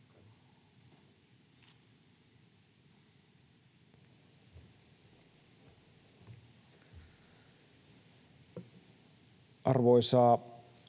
Arvoisa